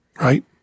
right